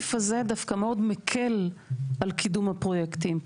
הסעיף הזה דווקא מאוד מקל על קידום הפרויקטים.